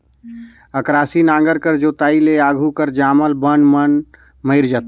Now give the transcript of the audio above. अकरासी नांगर कर जोताई ले आघु कर जामल बन मन मइर जाथे